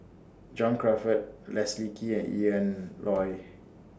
John Crawfurd Leslie Kee and Ian Loy